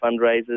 fundraisers